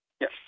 Yes